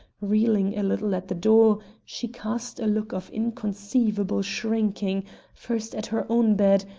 reeling a little at the door, she cast a look of inconceivable shrinking, first at her own bed,